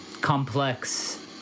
complex